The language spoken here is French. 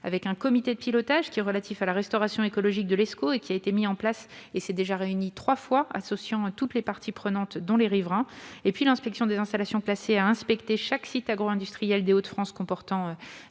Un comité de pilotage relatif à la restauration écologique de l'Escaut a été mis en place- il s'est déjà réuni trois fois -et associe toutes les parties prenantes, dont les riverains. Par ailleurs, l'inspection des installations classées a inspecté chaque site agro-industriel des Hauts-de-France comportant